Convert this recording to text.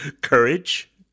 courage